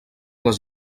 les